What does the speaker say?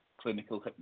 clinical